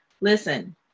listen